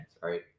right